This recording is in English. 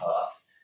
path